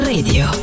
Radio